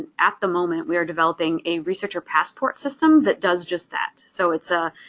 at the moment we are developing a researcher passport system that does just that. so it's a,